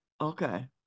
Okay